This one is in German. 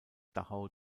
dachau